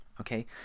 okay